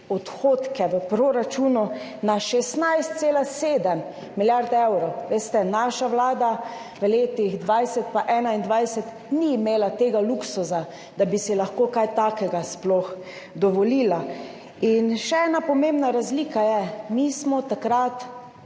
odhodke v proračunu, na 16,7 milijard evrov. Veste, naša vlada v letih 2020 in 2021 ni imela tega luksuza, da bi si lahko kaj takega sploh dovolila. In še ena pomembna razlika je, mi smo takrat